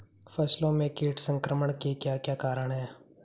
फसलों में कीट संक्रमण के क्या क्या कारण है?